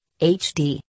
HD